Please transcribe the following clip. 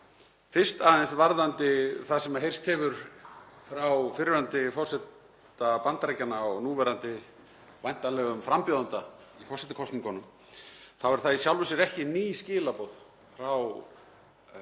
Fyrst aðeins varðandi það sem heyrst hefur frá fyrrverandi forseta Bandaríkjanna og núverandi væntanlegum frambjóðanda í forsetakosningum. Það eru í sjálfu sér ekki ný skilaboð frá Trump